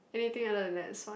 anything other than that is fine